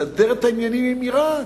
תסדר את העניינים עם אירן,